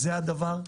זה הדבר.